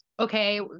okay